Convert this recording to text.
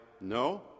no